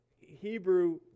Hebrew